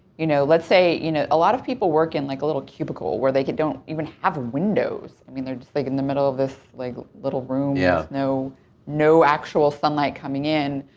you know. let's say, you know, a lot of people work in, like, a little cubicle where they could don't even have windows. i mean, they're just like in the middle of this, like, little rooms yeah with no actual sunlight coming in,